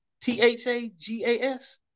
T-H-A-G-A-S